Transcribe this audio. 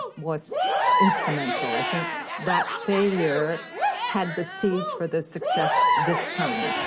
was instrumental. i think that failure had the seeds for the success this time.